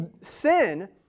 sin